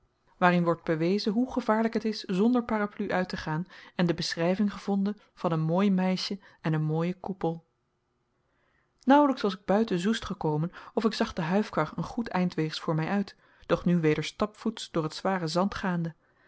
waarin wordt bewezen hoe gevaarlijk het is zonder parapluie uit te gaan en de beschrijving gevonden van een mooi meisje en een mooien koepel naauwlijks was ik buiten zoest gekomen of ik zag de huifkar een goed eindweegs voor mij uit doch nu weder stapvoets door het zware zand gaande